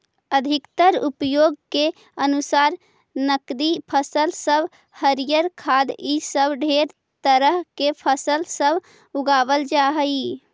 अधिकतर उपयोग के अनुसार नकदी फसल सब हरियर खाद्य इ सब ढेर तरह के फसल सब उगाबल जा हई